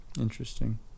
Interesting